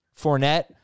Fournette